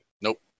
Nope